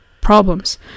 problems